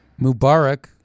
Mubarak